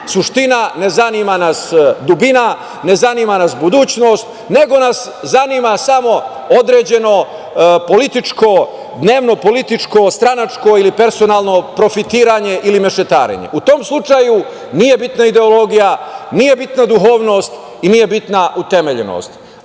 suština, ne zanima nas dubina, ne zanima nas budućnost, nego nas zanima samo određeno političko, dnevnopolitičko, stranačko ili personalno profitiranje ili mešetarenje. U tom slučaju nije bitna ideologija, nije bitna duhovnost i nije bitna utemeljenost.